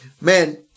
Man